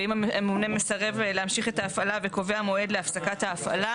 ואם הממונה מסרב להמשיך את ההפעלה וקובע מועד להפסקת ההפעלה,